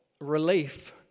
relief